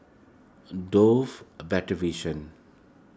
a Dove a Better Vision